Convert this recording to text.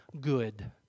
good